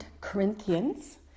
Corinthians